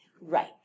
Right